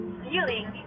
feeling